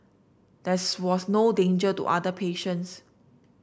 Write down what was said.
there's was no danger to other patients